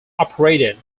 operated